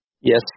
Yes